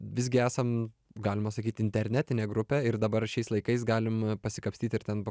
visgi esam galima sakyt internetinė grupė ir dabar šiais laikais galim pasikapstyt ir ten po